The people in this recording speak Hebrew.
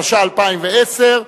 התשע"א 2010,